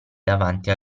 davanti